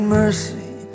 mercy